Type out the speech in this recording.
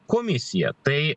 komisija tai